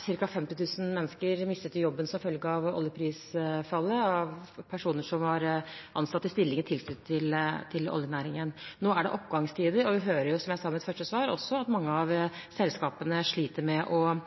Cirka 50 000 mistet jobben som følge av oljeprisfallet, personer som var ansatt i stillinger tilknyttet oljenæringen. Nå er det oppgangstider, og vi hører også, som jeg sa i mitt første svar, at mange av selskapene sliter med